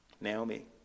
Naomi